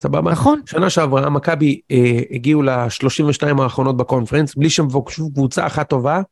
סבבה לך? שנה שעברה מכבי הגיעו לשלושים ושתיים האחרונות בקונפרנס בלי שמבוקשו קבוצה אחת טובה.